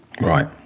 Right